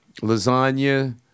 lasagna